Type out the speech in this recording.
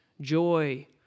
joy